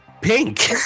pink